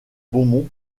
beaumont